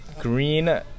green